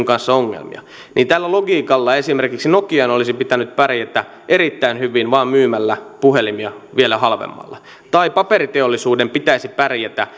kanssa ongelmia niin tällä logiikalla esimerkiksi nokian olisi pitänyt pärjätä erittäin hyvin vain myymällä puhelimia vielä halvemmalla tai paperiteollisuuden pitäisi pärjätä